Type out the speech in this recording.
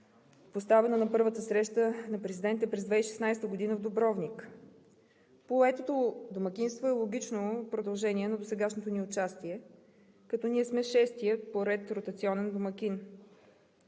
поставено на първата среща на президента през 2016 г. в Дубровник. Поетото домакинство е логично продължение на досегашното ни участие, като ние сме шестия поред ротационен домакин.